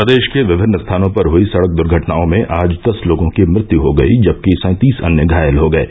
प्रदेष के विभिन्न स्थानों पर हुयी सड़क दुर्घटनाओं में आज दस लोगों की मृत्यु हो गयी जबकि सैंतिस अन्य घायल हो गये